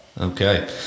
Okay